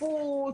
שותפות,